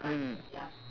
mm